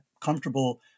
comfortable